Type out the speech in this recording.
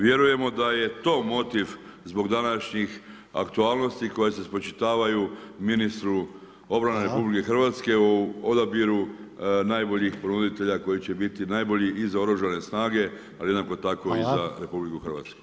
Vjerujemo da je to motiv zbog današnjih aktualnosti, koje se spočitavaju ministru obrane RH, u odabiru najboljih provoditelja, koji će biti najbolji iz oružane snage, ali jednako tako i za RH.